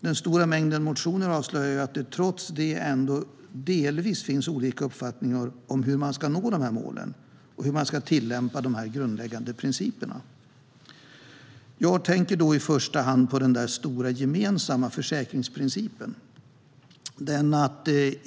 Den stora mängden motioner avslöjar dock att det trots detta ändå delvis finns olika uppfattningar om hur man ska nå målen och hur man ska tillämpa de grundläggande principerna. Jag tänker då i första hand på den stora gemensamma försäkringsprincipen.